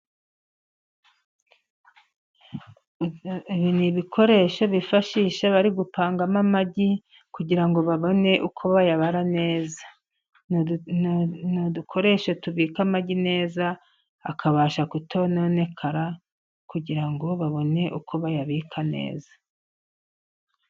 Ibi ni ibikoresho bifashisha bari gupangamo amagi kugira ngo babone uko bayabara neza. Ni udukoresho tubika amagi neza akabasha kutononekara kugira ngo babone uko bayabika neza.